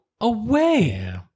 away